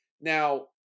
Now